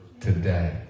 today